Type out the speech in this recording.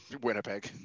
Winnipeg